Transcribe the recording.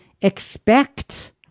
expect